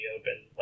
open